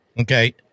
Okay